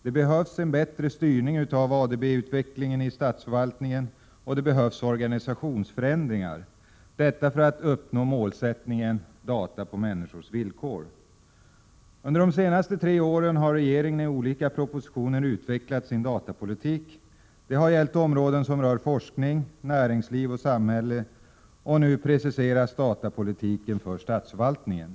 Det behövs en bättre styrning av ADB-utvecklingen i statsförvaltningen, och det behövs organisationsförändringar om man skall uppnå målsättningen: data på människors villkor. Regeringen har under de tre senaste åren utvecklat sin datapolitik i olika propositioner. Det har varit fråga om områden som rör forskning, näringsliv och samhälle. Nu preciseras datapolitiken för statsförvaltningen.